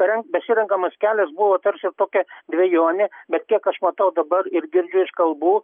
parenk pasirenkamas kelias buvo tarsi tokia dvejonė bet kiek aš matau dabar ir girdžiu iš kalbų